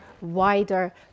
wider